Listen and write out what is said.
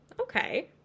okay